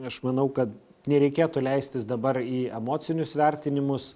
aš manau kad nereikėtų leistis dabar į emocinius vertinimus